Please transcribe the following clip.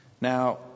Now